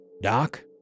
Doc